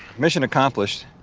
mission accomplished.